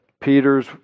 Peter's